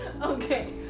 Okay